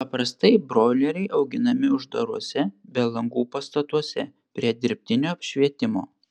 paprastai broileriai auginami uždaruose be langų pastatuose prie dirbtinio apšvietimo